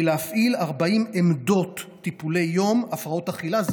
להפעיל 40 עמדות טיפולי יום להפרעות אכילה,